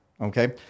Okay